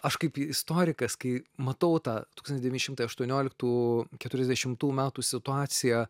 aš kaip istorikas kai matau tą tūkstantis devyni šimtai aštuonioliktų keturiasdešimtų metų situaciją